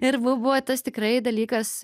ir bu buvo tas tikrai dalykas